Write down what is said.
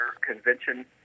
convention